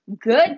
Good